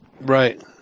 Right